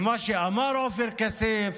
על מה שאמר עופר כסיף.